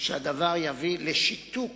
שהדבר יביא לשיתוק